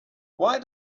why